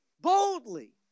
boldly